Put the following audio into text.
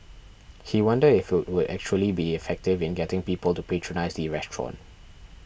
he wondered if it would actually be effective in getting people to patronise the restaurant